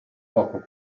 poco